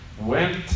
went